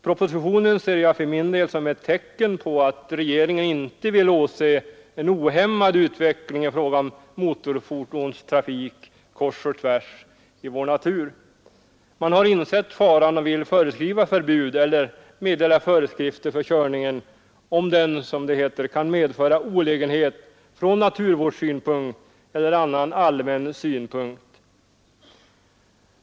Propositionen ser jag för min del som ett tecken på att regeringen inte vill åse en ohämmad utveckling i fråga om motorfordonstrafik kors och tvärs i vår natur. Man har insett faran och vill föreskriva förbud eller meddela föreskrifter för körningen, om den kan medföra olägenhet från naturvårdssynpunkt eller annan allmän synpunkt.